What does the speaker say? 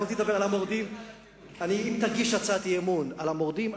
אם תגיש הצעת אי-אמון על המורדים,